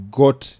got